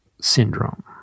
syndrome